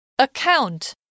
Account